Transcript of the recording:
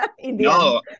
No